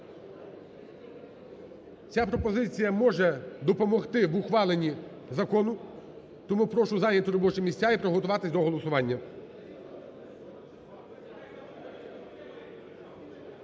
Ця пропозиція може допомогти в ухваленні закону. Тому прошу зайняти робочі місця і приготуватись до голосування.